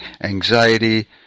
anxiety